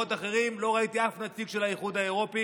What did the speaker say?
אחרים לא ראיתי אף נציג של האיחוד האירופי,